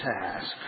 task